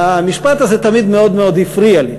והמשפט הזה תמיד מאוד מאוד הפריע לי,